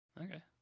okay